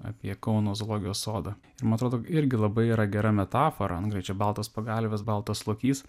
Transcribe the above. apie kauno zoologijos sodą ir man atrodo irgi labai yra gera metafora čia baltos pagalvės baltas lokys